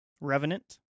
Revenant